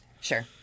Sure